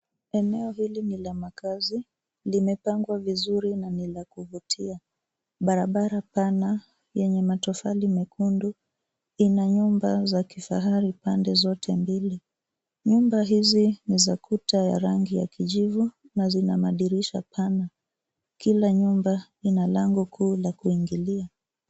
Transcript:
Eneo hili ni la makazi .Limepangwa vizuri na ni la kuvutia. Barabara pana yenye matofali mekundu ina nyumba za kifahari pande zote mbili. Nyumba hizi ni za kuta ya rangi ya kijivu na zina madirisha mapana. Kila nyumba ina lango kuu la kuingilia.